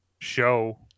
show